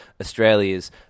Australia's